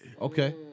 Okay